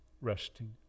resting